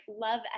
love